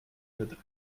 that